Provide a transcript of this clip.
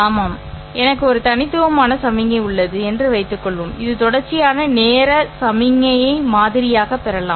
ஆமாம் எனக்கு ஒரு தனித்துவமான சமிக்ஞை உள்ளது என்று வைத்துக்கொள்வோம் இது தொடர்ச்சியான நேர சமிக்ஞையை மாதிரியாகப் பெறலாம்